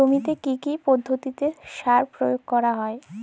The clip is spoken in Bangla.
জমিতে কী কী পদ্ধতিতে সার প্রয়োগ করতে হয়?